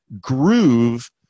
groove